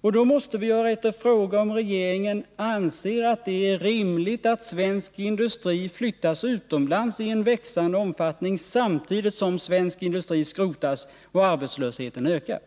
Och då måste vi ha rätt att fråga om regeringen anser att det är rimligt att svensk industri flyttas utomlands i växande omfattning, samtidigt som svensk industri skrotas och arbetslösheten ökar.